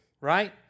right